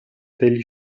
degli